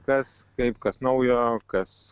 kas kaip kas naujo kas